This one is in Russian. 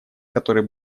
который